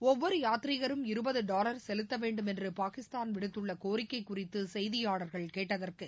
ஒவ்வொரு யாத்ரீகரும் இருபது டாலர் செலுத்த வேண்டும் என்று பாகிஸ்தான் விடுத்துள்ள கோரிக்கை குறித்து செய்தியாளர்கள் கேட்டதற்கு